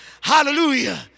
Hallelujah